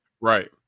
Right